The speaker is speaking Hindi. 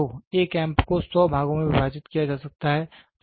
तो 1 एम्प को 100 भागों में विभाजित किया जा सकता है